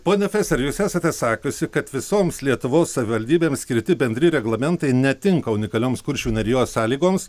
ponia feser jūs esate sakiusi kad visoms lietuvos savivaldybėms skirti bendri reglamentai netinka unikalioms kuršių nerijos sąlygoms